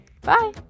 Bye